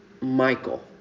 Michael